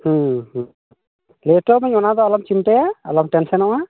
ᱦᱩᱸ ᱦᱩᱸ ᱱᱤᱛᱚ ᱢᱮᱱ ᱚᱱᱟᱫᱚ ᱟᱞᱚᱢ ᱪᱤᱱᱛᱟᱹᱭᱟ ᱟᱞᱚᱢ ᱴᱮᱱᱥᱮᱱᱚᱜᱼᱟ